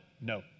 No